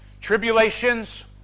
tribulations